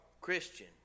Christian